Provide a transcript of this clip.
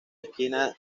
esquina